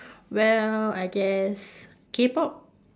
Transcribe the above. well I guess K-pop